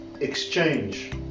exchange